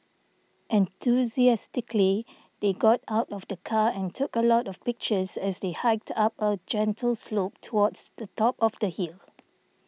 enthusiastically they got out of the car and took a lot of pictures as they hiked up a gentle slope towards the top of the hill